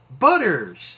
Butters